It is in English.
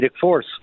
force